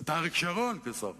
את אריק שרון כשר החוץ.